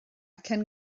cyn